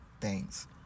thanks